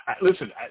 Listen